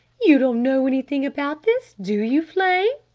you don't know anything about this, do you, flame?